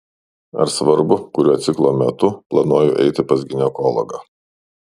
ar svarbu kuriuo ciklo metu planuoju eiti pas ginekologą